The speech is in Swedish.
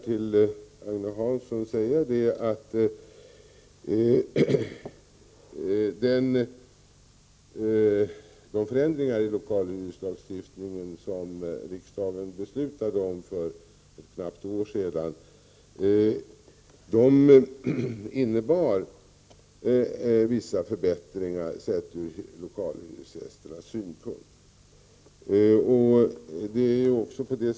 Till Agne Hansson vill jag säga att de förändringar i lokalhyreslagstiftningen som riksdagen beslöt för ett knappt år sedan innebar vissa förbättringar sett ur lokalhyresgästernas synpunkt.